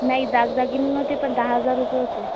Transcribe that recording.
नाही दागदागिने नव्हते पण दहा हजार रुपये होते